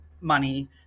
money